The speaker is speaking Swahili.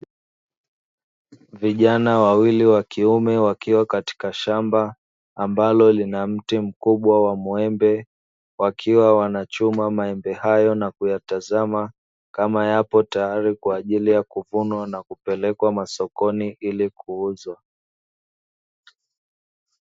Vijana wawili wakiume wakiwa katika shamba ambalo lina mti mkubwa wa muembe, wakiwa wanachuma maembe hayo na kuyatazama kama yapo tayari kwa ajili ya kuvunwa na kupelekwa masokoni ili kuuzwa.